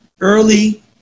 early